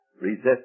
resist